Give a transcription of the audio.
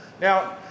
Now